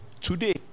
today